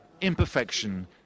Imperfection